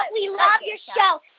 but we love your show.